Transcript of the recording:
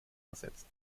ersetzt